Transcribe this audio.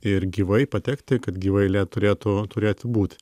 ir gyvai patekti kad gyva eilė turėtų turėti būt